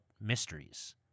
mysteries